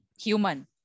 Human